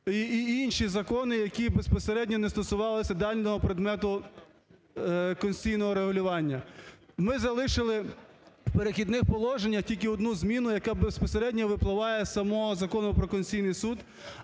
і інші закони, які безпосередньо не стосувалися даного предмету конституційного регулювання. Ми залишили в "Перехідних положеннях" тільки одну зміну, яка безпосередньо випливає з самого Закону "Про Конституційний Суд",